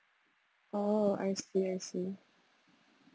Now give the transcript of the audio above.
oh I see I see